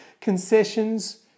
concessions